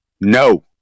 No